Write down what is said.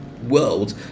world